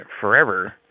forever